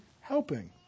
helping